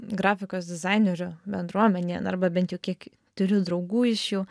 grafikos dizainerių bendruomenėje arba bent jau kiek turiu draugų iš jų